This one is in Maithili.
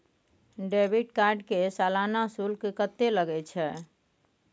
डेबिट कार्ड के सालाना शुल्क कत्ते लगे छै?